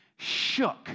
Shook